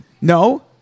No